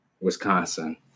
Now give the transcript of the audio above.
Wisconsin